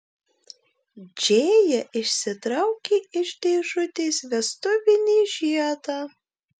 džėja išsitraukė iš dėžutės vestuvinį žiedą